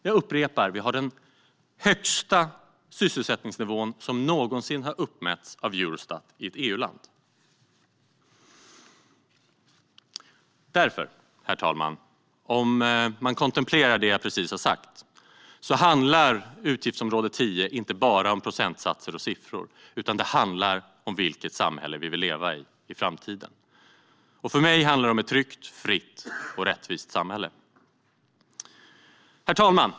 Jag upprepar: Vi har den högsta sysselsättningsnivån som någonsin har uppmätts av Eurostat i ett EU-land. Om man kontemplerar det jag precis har sagt, herr talman, handlar utgiftsområde 10 inte bara om procentsatser och siffror utan om vilket samhälle vi i framtiden vill leva i. För mig handlar det om ett tryggt, fritt och rättvist samhälle. Herr talman!